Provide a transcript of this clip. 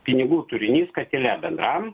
pinigų turinys katile bendram